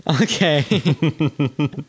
Okay